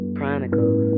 Chronicles